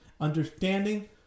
Understanding